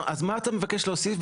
אז מה אתה מבקש להוסיף?